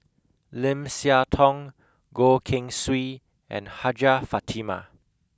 Lim Siah Tong Goh Keng Swee and Hajjah Fatimah